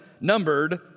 numbered